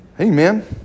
Amen